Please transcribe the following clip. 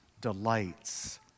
delights